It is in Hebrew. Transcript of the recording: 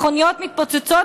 מכוניות מתפוצצות,